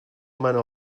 mana